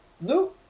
no